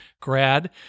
grad